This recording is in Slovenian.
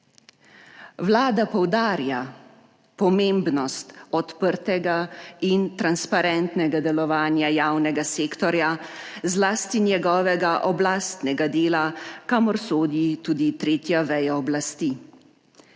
Vlada poudarja pomembnost odprtega in transparentnega delovanja javnega sektorja, zlasti njegovega oblastnega dela, kamor sodi tudi tretja veja oblasti.